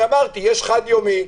יש חד-יומי,